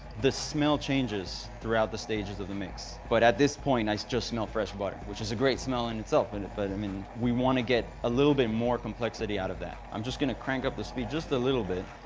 the smell changes throughout the stages of the mix, but at this point i still smell fresh butter, which is a great smell in itself. and but i mean we want to get a little bit more complexity out of that. i'm just gonna crank up the speed just a little bit.